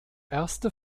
erste